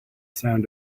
sound